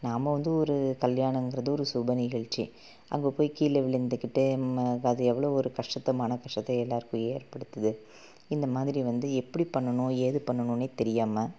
நாம வந்து ஒரு கல்யாணங்கிறது ஒரு சுப நிகழ்ச்சி அங்கே போய் கீழே விழுந்துக்கிட்டு ம அது எவ்வளோ ஒரு கஷ்டத்தை மனக் கஷ்டத்தை எல்லாருக்கும் ஏற்படுத்துது இந்த மாதிரி வந்து எப்படி பண்ணணும் ஏது பண்ணனும்னே தெரியாமல்